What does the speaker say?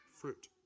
fruit